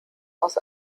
aus